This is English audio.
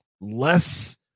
less